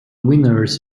winners